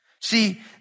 See